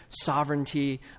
sovereignty